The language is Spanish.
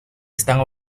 están